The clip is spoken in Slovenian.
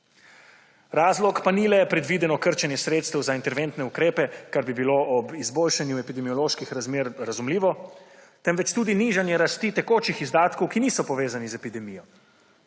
Razlog pa ni le predvideno krčenje sredstev za interventne ukrepe, kar bi bilo ob izboljšanju epidemioloških razmer razumljivo, temveč tudi nižanje rasti tekočih izdatkov, ki niso povezani z epidemijo.